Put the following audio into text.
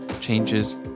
changes